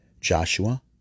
Joshua